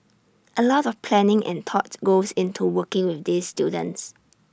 A lot of planning and thought goes into working with these students